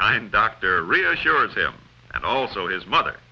kind doctor reassured him and also his mother